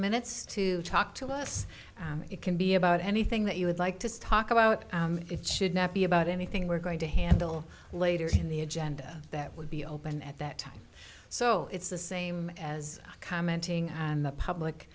minutes to talk to us it can be about anything that you would like to talk about it should not be about anything we're going to handle later in the agenda that would be open at that time so it's the same as commenting on the public